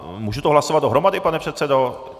Můžu to hlasovat dohromady, pane předsedo?